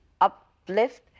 uplift